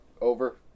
over